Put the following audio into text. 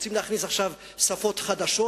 רוצים להכניס עכשיו שפות חדשות.